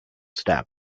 stab